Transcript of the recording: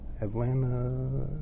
Atlanta